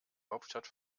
hauptstadt